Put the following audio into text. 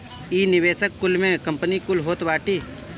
इ निवेशक कुल में कंपनी कुल होत बाटी